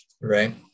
Right